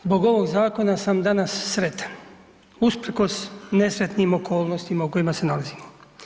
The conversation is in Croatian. Zbog ovog zakona sam danas sretan usprkos nesretnim okolnostima u kojima se nalazimo.